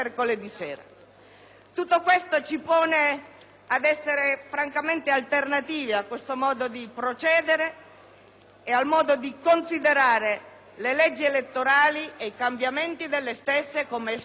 ed al modo di considerare le leggi elettorali ed i cambiamenti delle stesse come espedienti di convenienza immediata, che poco hanno a che vedere rispetto a quella che dovrebbe essere